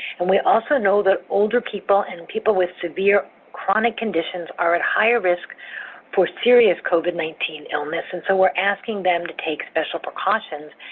and we also know that older people and people with severe chronic conditions are at higher risk for serious covid nineteen illness, and so we're asking them to take special precautions,